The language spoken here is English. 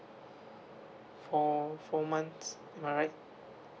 four four months am I right